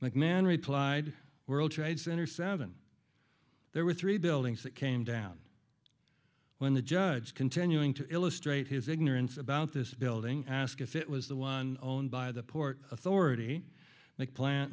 man replied world trade center seven there were three buildings that came down when the judge continuing to illustrate his ignorance about this building ask if it was the one owned by the port authority that plant